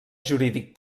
jurídic